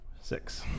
Six